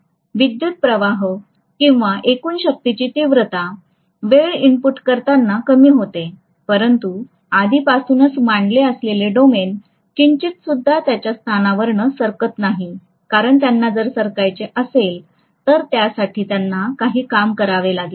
विद्युत प्रवाह किंवा एकूण शक्तीची तीव्रता वेळ इनपुट करताना कमी होते परंतु आधीपासूनच मांडले असलेले डोमेन किंचित सुद्धा त्यांच्या स्थानावरून सरकत नाही कारण त्यांना जर सरकायचे असेल तर त्यासाठी त्यांना काही काम करावे लागेल